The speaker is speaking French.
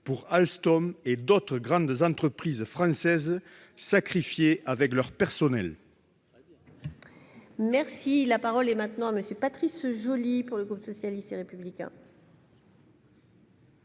Alstom et d'autres grandes entreprises françaises, sacrifiées avec leur personnel.